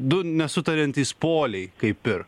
du nesutariantys poliai kaip ir